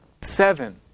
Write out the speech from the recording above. seven